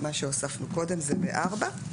מה שהוספנו קודם זה ב-4.